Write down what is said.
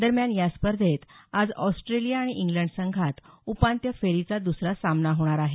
दरम्यान या स्पर्धेत आज ऑस्ट्रेलिया आणि इंग्लंड संघात उपांत्य फेरीचा दुसरा सामना होणार आहे